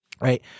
right